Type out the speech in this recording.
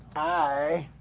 i